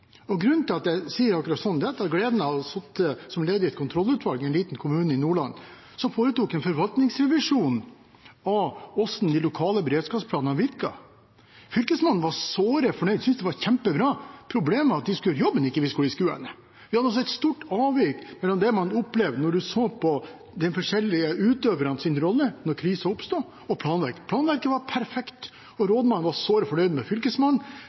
Grunnen til at jeg sier det akkurat sånn, er at jeg har hatt gleden av å sitte som leder i et kontrollutvalg i en liten kommune i Nordland. Man foretok en forvaltningsrevisjon av hvordan de lokale beredskapsplanene virket. Fylkesmannen var såre fornøyd og syntes det var kjempebra. Problemet var at de som skulle gjøre jobben, ikke visst hvor de skulle hen. Det var altså et stort avvik mellom det man opplevde var de forskjellige utøvernes rolle da krisen oppsto, og planleggingen. Planleggingen var perfekt, og rådmannen var såre fornøyd med Fylkesmannen.